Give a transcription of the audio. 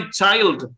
child